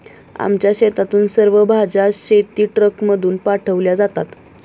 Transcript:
आमच्या शेतातून सर्व भाज्या शेतीट्रकमधून पाठवल्या जातात